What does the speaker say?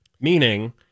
meaning